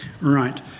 Right